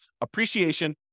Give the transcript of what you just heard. appreciation